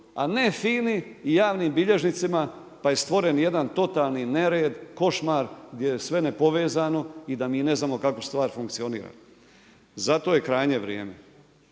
a ne FINA-i i javnim bilježnicima pa je stvoren jedan totalni nered, košmar, gdje je sve nepovezano i da mi ne znamo kako stvari funkcioniraju. Zato je krajnje vrijeme,